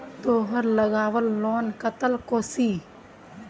तेहार लगवार लोन कतला कसोही?